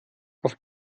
auf